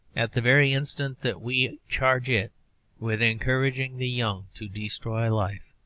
at the very instant that we charge it with encouraging the young to destroy life,